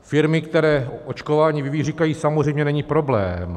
Firmy, které očkování vyvíjejí, říkají: Samozřejmě, není problém.